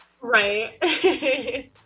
Right